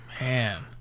Man